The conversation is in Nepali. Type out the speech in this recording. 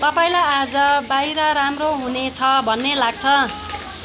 तपाईँलाई आज बाहिर राम्रो हुने छ भन्ने लाग्छ